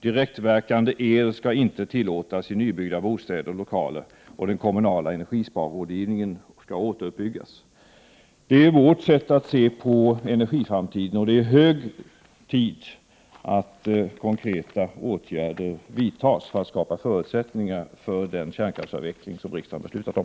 Direktverkande el skall inte tillåtas i nybyggda bostäder och lokaler, och den kommunala energisparrådgivningen skall återuppbyggas. Det är vårt sätt att se på energiframtiden. Det är hög tid att konkreta åtgärder vidtas för att skapa förutsättningar för den kärnkraftsavveckling som riksdagen har beslutat om.